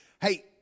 Hey